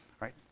right